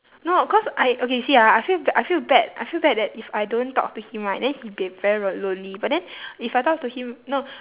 no cause I okay you see ah I feel ba~ I feel bad I feel bad that if I don't talk to him right then he be very very lonely but then if I talk to him no